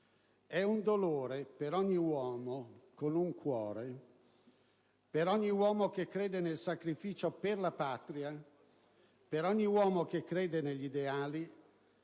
«È un dolore per ogni uomo con un cuore, per ogni uomo che crede nel sacrificio per la Patria, per ogni uomo che crede negli ideali,